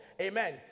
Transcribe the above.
amen